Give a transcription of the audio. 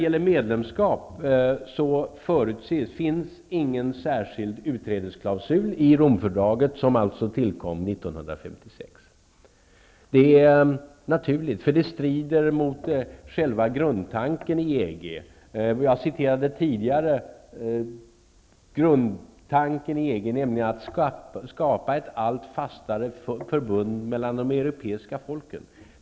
Däremot finns ingen särskild utträdesklausul i Romfördraget, som tillkom 1956. Det är naturligt, eftersom det strider mot själva grundtanken i EG. Jag citerade tidigare grundtanken, nämligen att skapa ett allt fastare förbund mellan de europeiska folken.